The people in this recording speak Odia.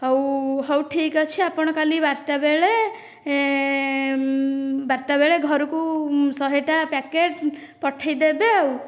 ହେଉ ହେଉ ଠିକ ଅଛି ଆପଣ କାଲି ବାରଟା ବେଳେ ବାରଟା ବେଳେ ଘରକୁ ଶହେଟା ପ୍ୟାକେଟ୍ ପଠେଇ ଦେବେ ଆଉ